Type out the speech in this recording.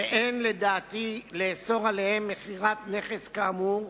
ואין, לדעתי, לאסור עליהם מכירת נכס כאמור,